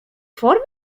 formie